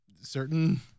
certain